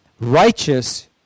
righteous